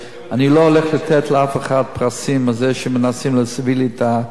אני לא הולך לתת לאף אחד פרסים על זה שמנסים להביא לי את זה.